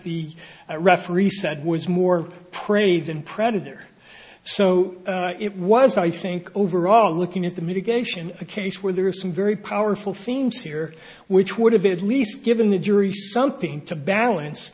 the referee said was more prey than predator so it was i think overall looking at the mitigation a case where there are some very powerful themes here which would have at least given the jury something to balance